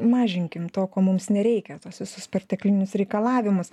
mažinkim to ko mums nereikia tuos visus perteklinius reikalavimus